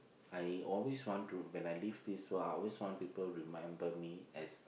I always want to when I leave this world I always want people remember me as